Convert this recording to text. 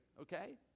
okay